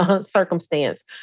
circumstance